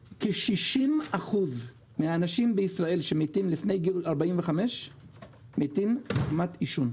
כ-60% מהאנשים בישראל שמתים לפני גיל 45 מתים מעישון.